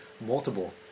multiple